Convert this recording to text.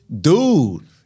dude